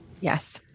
Yes